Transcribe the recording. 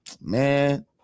man